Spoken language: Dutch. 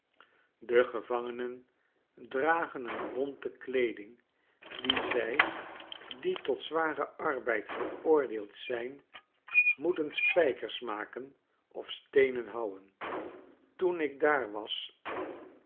de gevangenen dragen een bonte kleeding en zij die tot zwaren arbeid veroordeeld zijn moeten spijkers maken of steenen houwen toen ik daar was